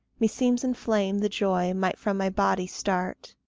meseems in flame the joy might from my body start.